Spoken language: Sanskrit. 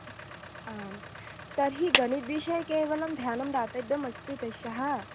आम् तर्हि गणितविषये केवलं ध्यानं दातव्यमस्ति तस्याः